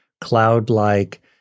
cloud-like